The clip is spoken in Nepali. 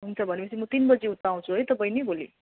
हुन्छ भनेपछि म तिन बजी उता आउँछु है त बहिनी भोलि